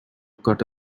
cut